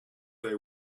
they